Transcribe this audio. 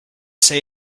say